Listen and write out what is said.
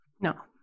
No